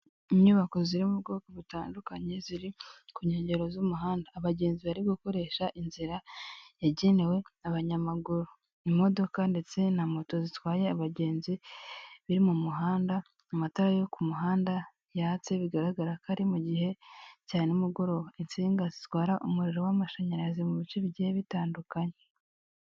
Inyubako ziri mu bwoko butandukanye ziri ku nkengero z'umuhanda abagenzi bari gukoresha inzira yagenewe abanyamaguru, imodoka ndetse na moto zitwaye abagenzi biri mu muhanda, amatara yo ku muhanda yatse bigaragara ko ari mu gihe cya nimugoroba, insinga zitwara umuriro w'amashanyarazi mu bice bigiye bitandukanye.